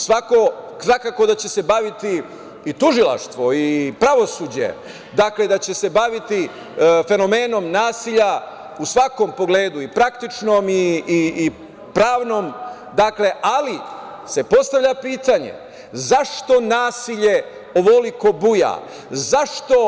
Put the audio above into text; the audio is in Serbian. Svakako da će se baviti i tužilaštvo i pravosuđe, dakle, da će se baviti fenomenom nasilja u svakom pogledu i pravnom, ali se postavlja pitanje – zašto nasilje ovoliko buja?